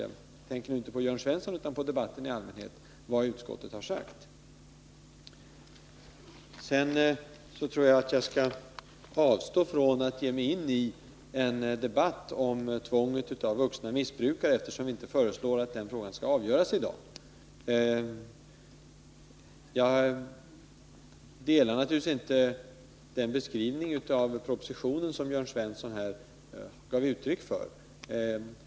Jag tänker då inte på Jörn Svensson utan på deltagare i debatten i allmänhet. Sedan tänker jag avstå från att ge mig in på en debatt om tvångsåtgärder mot vuxna missbrukare, eftersom vi inte föreslår att den frågan skall avgöras i dag. Jag accepterar naturligtvis inte den beskrivning av propositionen som Jörn Svensson här gav.